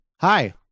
Hi